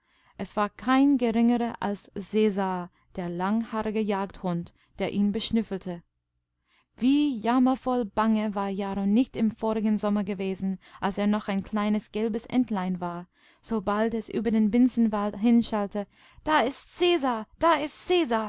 es war kein geringerer als cäsar der langhaarige jagdhund derihnbeschnüffelte wie jammervoll bange war jarro nicht im vorigen sommer gewesen als er noch ein kleines gelbes entlein war sobald es über den binsenwald hinschallte da ist cäsar da ist